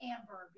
Amber